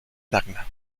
tacna